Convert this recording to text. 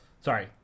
Sorry